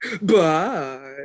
Bye